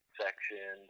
section